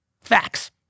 facts